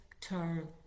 turn